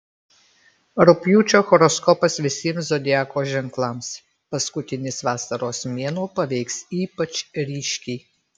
rugpjūčio horoskopas visiems zodiako ženklams paskutinis vasaros mėnuo paveiks ypač ryškiai